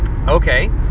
Okay